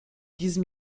diesem